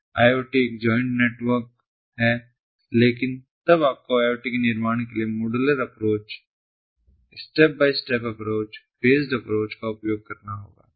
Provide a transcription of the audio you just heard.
IoT एक joint network है लेकिन तब आपको IoT के निर्माण के लिए modular approach step by step approach phased approach का उपयोग करना होगा